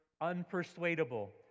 unpersuadable